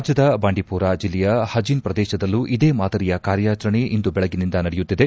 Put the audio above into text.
ರಾಜ್ಯದ ಬಾಂಡೀಪೋರ ಜಿಲ್ಲೆಯ ಪಜಿನ್ ಪ್ರದೇಶದಲ್ಲೂ ಇದೇ ಮಾದರಿಯ ಕಾರ್ಯಾಚರಣೆ ಇಂದು ಬೆಳ್ಗಾನಿಂದ ನಡೆಯುತ್ತಿದೆ